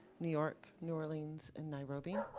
new york, new orleans, and nairobi.